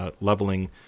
leveling